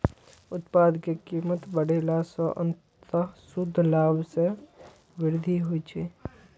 उत्पाद के कीमत बढ़ेला सं अंततः शुद्ध लाभ मे वृद्धि होइ छै